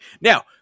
Now